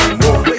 more